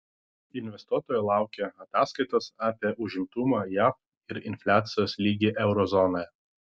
investuotojai laukia ataskaitos apie užimtumą jav ir infliacijos lygį euro zonoje